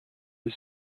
his